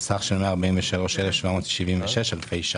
סך של 143,776 אלפי שקלים.